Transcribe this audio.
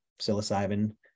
psilocybin